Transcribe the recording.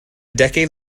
decade